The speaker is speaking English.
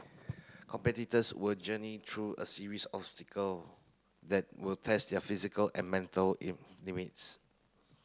competitors will journey through a series obstacle that will test their physical and mental in limits